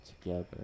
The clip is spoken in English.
together